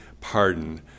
pardon